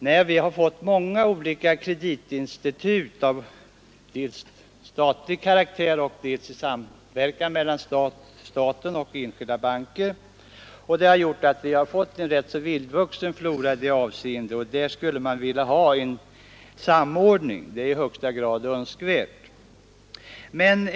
Men vi har fått många olika kreditinstitut dels av statlig karaktär, dels i samverkan mellan staten och enskilda banker, och detta har gjort att vi fått en rätt vildvuxen flora i det avseendet. Där skulle man vilja ha en samordning som i högsta grad är önskvärd.